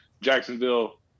jacksonville